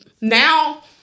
now